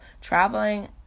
traveling